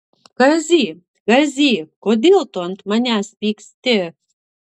kazy kazy kodėl tu ant manęs pyksti